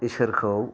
इसोरखौ